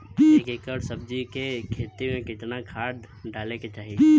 एक एकड़ सब्जी के खेती में कितना खाद डाले के चाही?